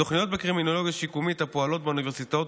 התוכניות בקרימינולוגיה שיקומית הפועלות באוניברסיטאות